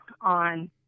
on